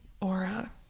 aura